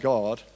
God